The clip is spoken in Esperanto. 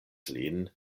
lin